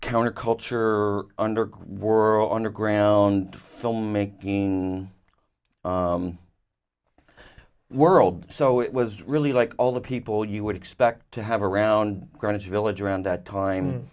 underground world underground filmmaking world so it was really like all the people you would expect to have around greenwich village around that time